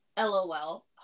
lol